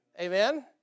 Amen